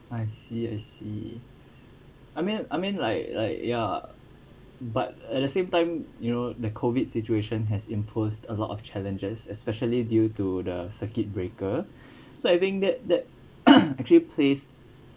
I see I see I mean I mean like like ya but at the same time you know the COVID situation has imposed a lot of challenges especially due to the circuit breaker so I think that that actually place